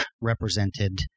represented